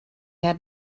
had